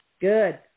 Good